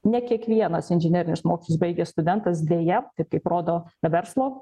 ne kiekvienas inžinerinius mokslus baigęs studentas deja taip kaip rodo verslo